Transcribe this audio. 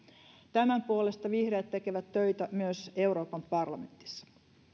tämän puolesta vihreät tekevät töitä myös euroopan parlamentissa